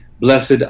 Blessed